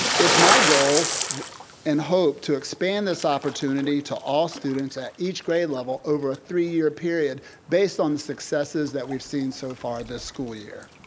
it's my goal and hope to expand this opportunity to all students at each grade level over a three year period based on the successes that we've seen so far this school year.